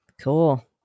Cool